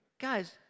Guys